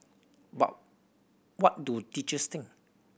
but what do teachers think